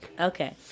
Okay